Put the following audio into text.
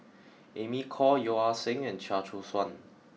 Amy Khor Yeo Ah Seng and Chia Choo Suan